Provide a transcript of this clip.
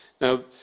now